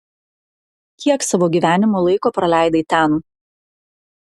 kiek savo gyvenimo laiko praleidai ten